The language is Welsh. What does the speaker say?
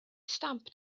stamp